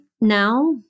now